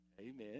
Amen